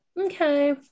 okay